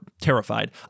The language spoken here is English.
terrified